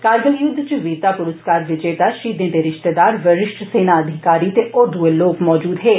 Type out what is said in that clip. कारगिल युद्ध च वीरता पुरस्कार विजेता षहीदें दे रिष्तेदार वरिश्ठ सेना अधिकारी ते होर दुए लोक मजूद हे